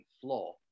floor